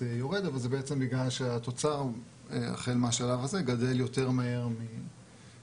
יורד אבל זה בעצם בגלל שהתוצר אכן מהשלב הזה גדל יותר מהר מהקרן,